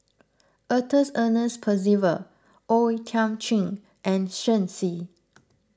Arthur Ernest Percival O Thiam Chin and Shen Xi